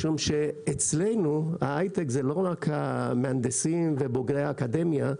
משום שאצלנו ההיי-טק זה לא רק המהנדסים ובוגרי אקדמיה,